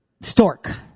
stork